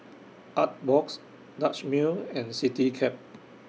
Artbox Dutch Mill and Citycab